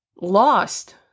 lost